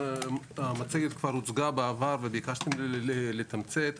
המצגת כבר הוצגה בעבר וביקשתם ממני לתמצת.